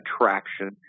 attraction